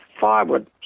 firewood